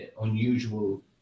unusual